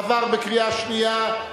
עברה בקריאה שנייה.